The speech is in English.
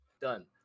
done